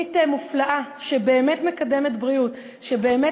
תוכנית מופלאה, שבאמת מקדמת בריאות, שבאמת